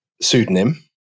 pseudonym